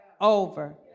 over